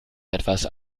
etwas